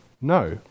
No